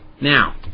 Now